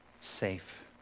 safe